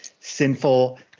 sinful